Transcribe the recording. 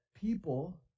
people